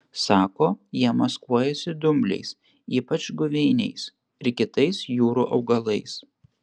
sako jie maskuojasi dumbliais ypač guveiniais ir kitais jūrų augalais